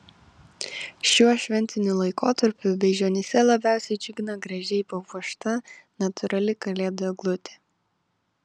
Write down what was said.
šiuo šventiniu laikotarpiu beižionyse labiausiai džiugina gražiai papuošta natūrali kalėdų eglutė